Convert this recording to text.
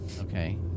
Okay